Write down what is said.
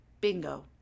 bingo